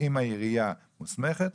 האם העירייה מוסמכת,